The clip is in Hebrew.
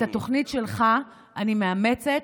את התוכנית שלך אני מאמצת,